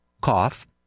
cough